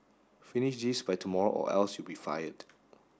finish this by tomorrow or else you'll be fired